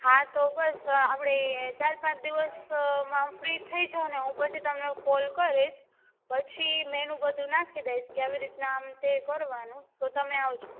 હા તો બસ આપણે ચાર પાંચ દિવસ માં ફ્રી થઈ જાઉં ને હું પછી તમને કોલ કરીશ પછી મેનૂ બધું નાખી દઇશ કે આવી રીતના આમ તે કરવાનું તો તમે આવજો